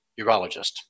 urologist